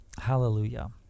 Hallelujah